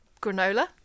granola